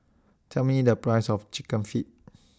Tell Me The Price of Chicken Feet